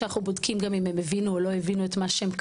שאנחנו בודקים גם אם הם הבינו או לא הבינו את מה שקראו.